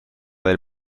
del